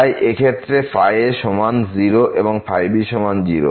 তাই এই ক্ষেত্রে ϕ সমান 0 এবং ϕ সমান 0